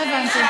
לא הבנתי.